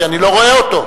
כי אני לא רואה אותו.